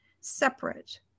separate